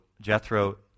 Jethro